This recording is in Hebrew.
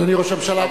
אדוני ראש הממשלה,